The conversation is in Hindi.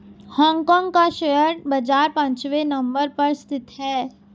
हांग कांग का शेयर बाजार पांचवे नम्बर पर स्थित है